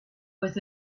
was